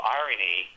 irony